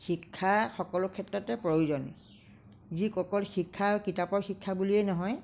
শিক্ষা সকলো ক্ষেত্ৰতে প্ৰয়োজনীয় যি অকল শিক্ষা কিতাপৰ শিক্ষা বুলিয়েই নহয়